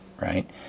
right